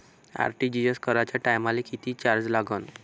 RTGS कराच्या टायमाले किती चार्ज लागन?